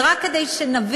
ורק כדי שנבין,